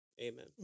amen